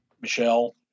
Michelle